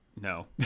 No